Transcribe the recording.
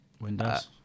Windows